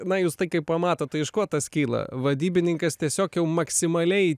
na jūs tai kai pamatot tai iš ko tas kyla vadybininkas tiesiog jau maksimaliai